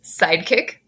sidekick